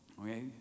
okay